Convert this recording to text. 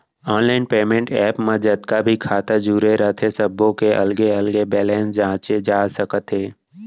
online payment app म जतका भी खाता जुरे रथे सब्बो के अलगे अलगे बेलेंस जांचे जा सकत हे